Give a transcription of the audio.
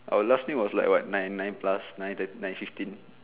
our last meal was like what nine nine plus nine thirt~ nine fifteen